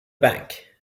bank